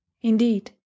indeed